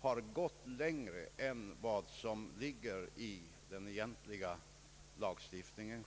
har gått längre än vad som ligger i den egentliga lagstiftningen.